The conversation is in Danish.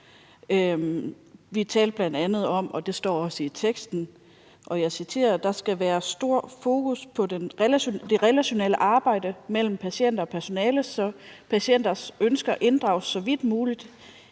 Vi talte bl.a. om – det står også i teksten – og jeg citerer: »Der skal være et stort fokus på det relationelle arbejde mellem patienter og personale, så patientens ønsker inddrages i videst muligt